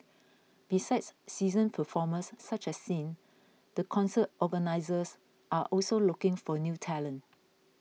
besides seasoned performers such as Sin the concert organisers are also looking for new talent